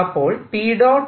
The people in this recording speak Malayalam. അപ്പോൾ P